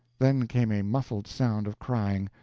then came a muffled sound of crying.